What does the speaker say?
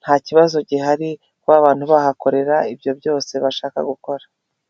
nta kibazo gihari kuba abantu bahakorera ibyo byose bashaka gukora.